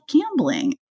gambling